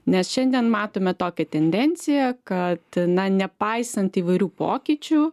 nes šiandien matome tokią tendenciją kad na nepaisant įvairių pokyčių